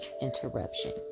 interruption